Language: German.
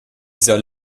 soll